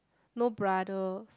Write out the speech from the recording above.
no brother